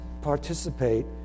participate